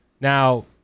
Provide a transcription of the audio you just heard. Now